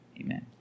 amen